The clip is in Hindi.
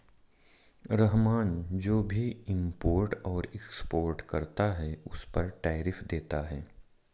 रहमान जो भी इम्पोर्ट और एक्सपोर्ट करता है उस पर टैरिफ देता है